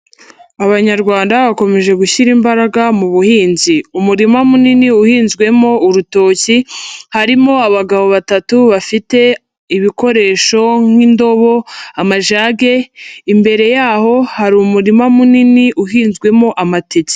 Abanyarwanda bakomeje gushyira imbaraga mu buhinzi, umurima munini uhinzwemo urutoki harimo abagabo batatu bafite ibikoresho nk'indobo, amajage, imbere yaho hari umurima munini uhinzwemo amateke.